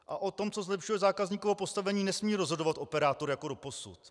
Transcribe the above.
A o tom, co zlepšuje zákazníkovo postavení, nesmí rozhodovat operátor jako doposud.